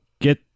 get